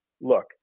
look